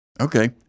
Okay